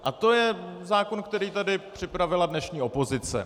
A to je zákon, který tady připravila dnešní opozice.